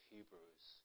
Hebrews